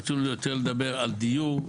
רצינו יותר לדבר על דיור,